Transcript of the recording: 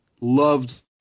loved